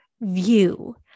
view